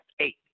eight